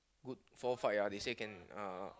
good four fight ah they say can uh